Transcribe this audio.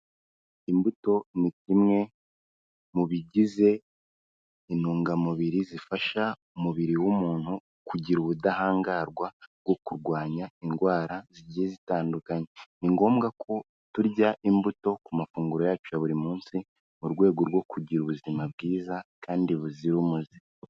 Imbuto ni kimwe mu bigize intungamubiri zifasha umubiri w'umuntu kugira ubudahangarwa bwo kurwanya indwara zigiye zitandukanye, ni ngombwa ko turya imbuto ku mafunguro yacu ya buri munsi mu rwego rwo kugira ubuzima bwiza kandi buzira umuze.